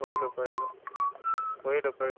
কৰিলোঁ কৰিলোঁ কৰিলোঁ কৰিলোঁ